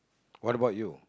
what about you